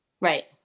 Right